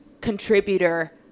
contributor